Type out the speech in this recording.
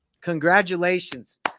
Congratulations